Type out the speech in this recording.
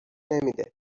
نمیده